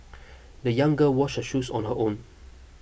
the young girl washed her shoes on her own